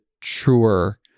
truer